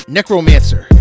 Necromancer